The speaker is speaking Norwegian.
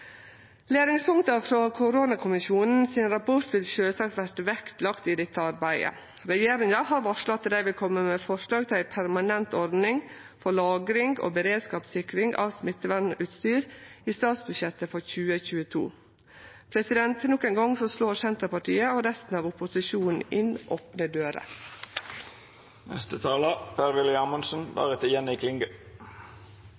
Læringspunkta frå koronakommisjonen sin rapport vil sjølvsagt verte lagde vekt på i dette arbeidet. Regjeringa har varsla at dei vil kome med forslag til ei permanent ordning for lagring og beredskapssikring av smittevernutstyr i statsbudsjettet for 2022. Nok ein gong slår Senterpartiet og resten av opposisjonen inn opne dører.